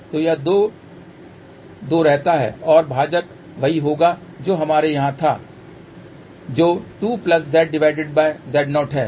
तो यह दो दो रहता है और भाजक वही होगा जो हमारे यहाँ था जो 2ZZ0 है